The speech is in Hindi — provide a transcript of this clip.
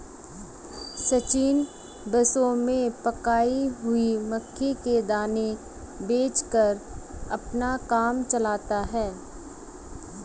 सचिन बसों में पकाई हुई मक्की के दाने बेचकर अपना काम चलाता है